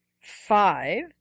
Five